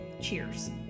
Cheers